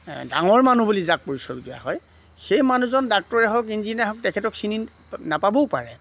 ডাঙৰ মানুহ বুলি যাক পৰিচয় দিয়া হয় সেই মানুহজন ডাক্টৰে হওক ইঞ্জিনীয়াৰ হওক তেখেতক চিনি নাপাবও পাৰে